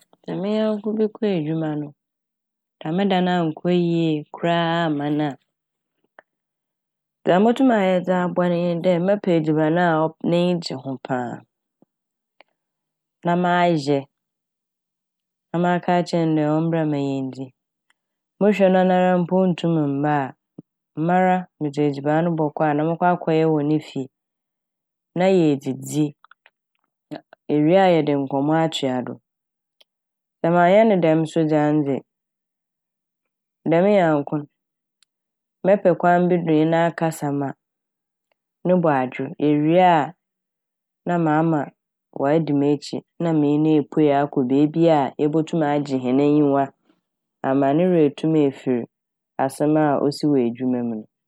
Sɛ me nyanko bi kɔɔ edwuma no dɛm da no annkɔ yie koraa a amma na, dza motum ayɛ dze aboa no nye dɛ mɛpɛ edziban a ɔp- n'enyi gye ho paa na mayɛ na maka akyerɛ no dɛ ɔmbra ma yendzi. Mohwɛ na nara mpo onntum mmba a mara medze edziban no bɔkɔ anaa mɔkɔ akɛyɛ wɔ ne fie na yedzidzi, yewie a yɛdze nkɔmmɔ atoa do. Sɛ mannyɛ ne dɛm so dze a ane dze dɛm nyanko n' mɛpɛ kwan bi do enye no akasa ma no bo adwe ewie a na maa ma woedi m'ekyir na menye no epuei akɔ beebi a yebotum agye hɛn enyiwa ama no werɛ etum efir asɛm a osii wɔ edwuma mu no.